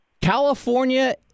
California